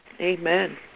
Amen